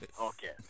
Okay